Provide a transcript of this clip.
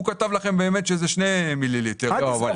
הוא כתב לכם שבאמת זה 2 מיליליטר --- אל